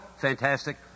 fantastic